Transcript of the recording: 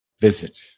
Visit